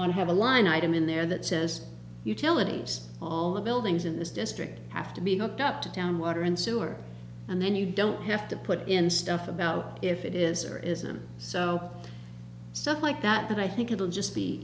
want to have a line item in there that says you tell it east all the buildings in this district have to be hooked up to town water and sewer and then you don't have to put in stuff about if it is or isn't so stuff like that that i think it will just be